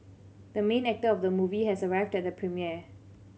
the main actor of the movie has arrived at the premiere